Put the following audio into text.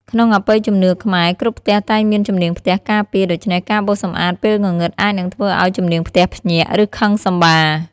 ក្នុងអបិយជំនឿខ្មែរ គ្រប់ផ្ទះតែងមានជំនាងផ្ទះការពារ ដូច្នេះការបោសសម្អាតពេលងងឹតអាចនឹងធ្វើឱ្យជំនាងផ្ទះភ្ញាក់ ឬខឹងសម្បារ។